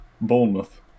Bournemouth